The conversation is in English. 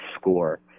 score